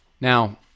Now